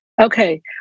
Okay